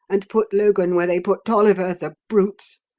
and put logan where they put tolliver, the brutes!